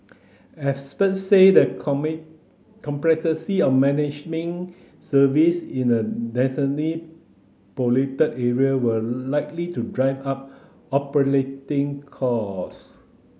experts said the complexity of managing service in a densely populated area would likely to drive up operating cost